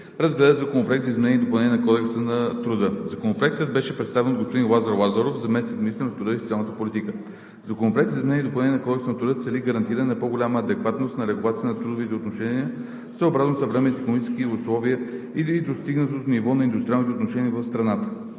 разгледа Законопроекта за изменение и допълнение на Кодекса на труда. Законопроектът беше представен от господин Лазар Лазаров, заместник-министър на труда и социалната политика. Законопроектът за изменение и допълнение на Кодекса на труда цели гарантиране на по-голяма адекватност на регулациите на трудовите отношения съобразно съвременните икономически условия и достигнатото ниво на индустриалните отношения в страната.